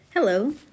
Hello